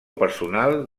personal